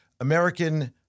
American